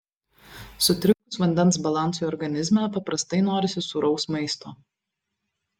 sutrikus vandens balansui organizme paprastai norisi sūraus maisto